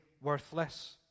worthless